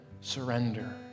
surrender